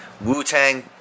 Wu-Tang